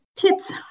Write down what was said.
tips